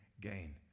gain